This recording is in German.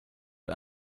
mit